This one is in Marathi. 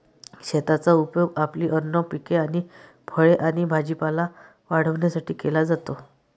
शेताचा उपयोग आपली अन्न पिके आणि फळे आणि भाजीपाला वाढवण्यासाठी केला जातो